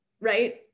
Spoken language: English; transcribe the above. right